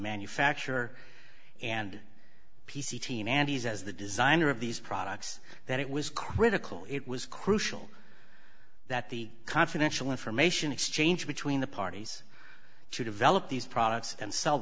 manufacture and p c t mandy's as the designer of these products that it was critical it was crucial that the confidential information exchange between the parties to develop these products and sell